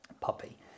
puppy